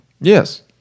Yes